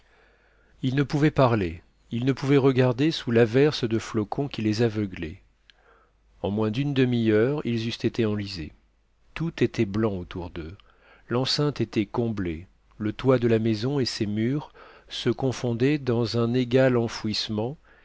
ils ne pouvaient parler ils ne pouvaient regarder sous l'averse de flocons qui les aveuglait en moins d'une demi-heure ils eussent été enlisés tout était blanc autour d'eux l'enceinte était comblée le toit de la maison et ses murs se confondaient dans un égal enfouissement